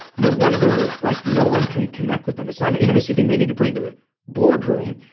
no wonder like no one can connect with them. it's not an intimacy thing they need to bring to the board room,